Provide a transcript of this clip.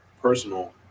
personal